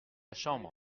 chambre